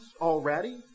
already